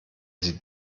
sie